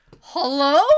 hello